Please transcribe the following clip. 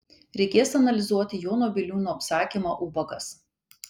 reikės analizuoti jono biliūno apsakymą ubagas